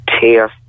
tears